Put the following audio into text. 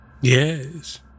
Yes